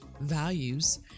values